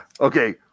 Okay